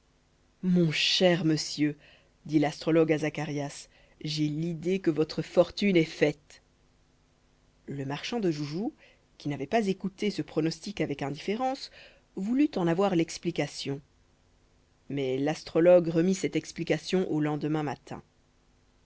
mon cher monsieur dit l'astrologue à zacharias j'ai l'idée que votre fortune est faite le marchand de joujoux qui n'avait pas écouté ce pronostic avec indifférence voulut en avoir l'explication mais l'astrologue remit cette explication au lendemain matin